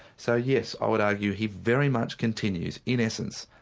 so yes, i would argue he very much continues in essence,